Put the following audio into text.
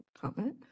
comment